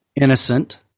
innocent